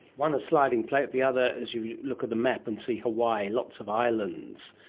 one a sliding plate, the other as you look at the map and see hawaii, lots of islands.